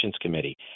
Committee